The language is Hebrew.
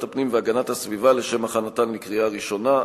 הפנים והגנת הסביבה לשם הכנתן לקריאה ראשונה.